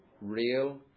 real